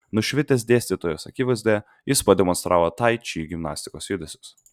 nušvitęs dėstytojos akivaizdoje jis pademonstravo tai či gimnastikos judesius